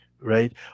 right